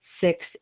six